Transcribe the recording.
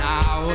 Now